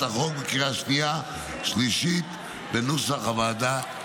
החוק בקריאה השנייה ובקריאה השלישית בנוסח הוועדה.